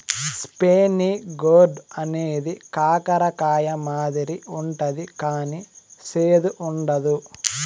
spiny gourd అనేది కాకర కాయ మాదిరి ఉంటది కానీ సేదు ఉండదు